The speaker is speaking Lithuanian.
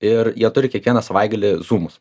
ir jie turi kiekvieną savaitgalį zūmus